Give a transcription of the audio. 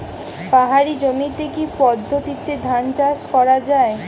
পাহাড়ী জমিতে কি পদ্ধতিতে ধান চাষ করা যায়?